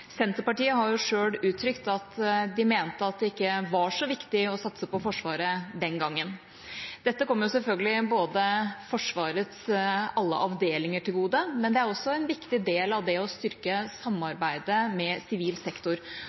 Senterpartiet har selv uttrykt at de mente at det ikke var så viktig å satse på Forsvaret den gangen. Dette løftet kommer selvfølgelig Forsvarets alle avdelinger til gode, men det er også en viktig del av det å styrke samarbeidet med sivil sektor.